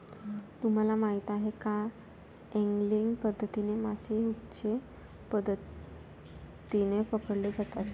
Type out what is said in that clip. तुम्हाला माहीत आहे का की एंगलिंग पद्धतीने मासे हुकच्या मदतीने पकडले जातात